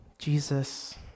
Jesus